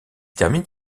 termine